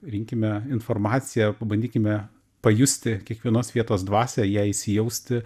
rinkime informaciją pabandykime pajusti kiekvienos vietos dvasią į ją įsijausti